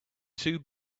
two